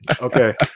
okay